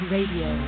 Radio